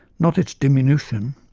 not its diminution,